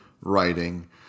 writing